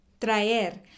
Traer